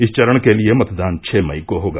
इस चरण के लिये मतदान छः मई को होगा